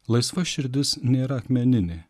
laisva širdis nėra akmeninė